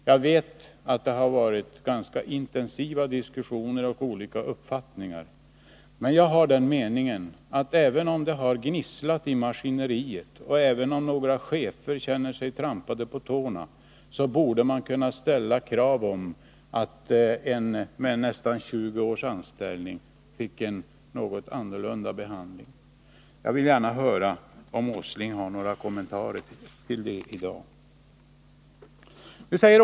Jag vet att det varit ganska intensiva diskussioner och att man haft olika uppfattningar, men jag har den meningen att även om det har gnisslat i maskineriet och även om några chefer känner sig trampade på tårna, så borde man kunna ställa kravet att en person med nästan 20 års anställning i företaget fick en annan behandling än den som chefgeologen tydligen har fått. Jag vill gärna höra om Nils Åsling har några kommentarer att lämna till den saken.